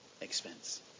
expense